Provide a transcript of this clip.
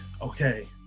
okay